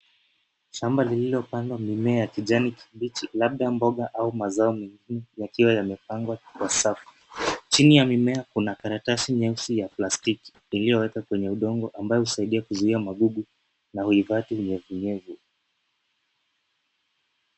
Shamba lililopandwa mimea ya kijani kibichi, labda mboga au mazao mengine yakiwa yamepangwa kwa safu, chini ya mimea kuna karatasi nyeusi ya plastiki, iliyowekwa kwenye udongo, ambayo inasaidia kuzuia magugu, na uhifadhi unyevunyevu.